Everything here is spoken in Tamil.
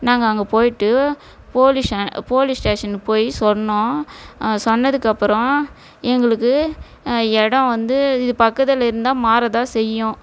நாங்கள் அங்கே போயிவிட்டு போலீஷன் போலீஸ் ஸ்டேஷனுக்கு போய் சொன்னோம் சொன்னதுக்கு அப்புறம் எங்களுக்கு இடம் வந்து இது பக்கத்தில் இருந்தால் மாற தான் செய்யும்